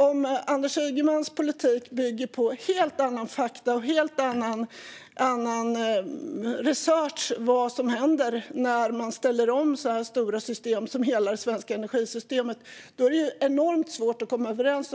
Om Anders Ygemans politik bygger på helt andra fakta och en helt annan research om vad som händer när man ställer om så stora system som hela det svenska energisystemet är det enormt svårt att komma överens.